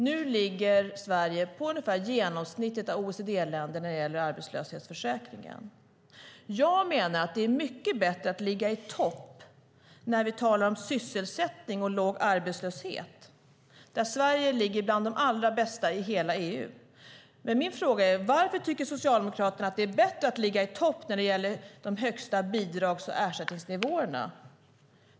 Nu ligger Sverige ungefär på genomsnittet för OECD-länderna när det gäller arbetslöshetsförsäkringen. Jag menar att det är mycket bättre att ligga i topp när vi talar om sysselsättning och låg arbetslöshet. Där ligger Sverige bland de allra bästa i hela EU. Min fråga är: Varför tycker Socialdemokraterna att det är bättre att ligga i topp när det gäller de högsta bidrags och ersättningsnivåerna?